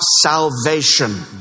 salvation